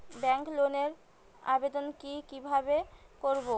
Bank লোনের আবেদন কি কিভাবে করব?